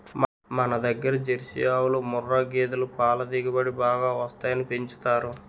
మనదగ్గర జెర్సీ ఆవులు, ముఱ్ఱా గేదులు పల దిగుబడి బాగా వస్తాయని పెంచుతారు